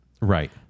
Right